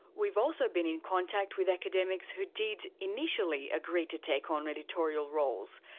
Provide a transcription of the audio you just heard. we've also been in contact with academics who did initially agree to take on editorial roles.